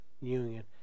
union